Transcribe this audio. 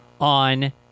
on